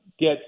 get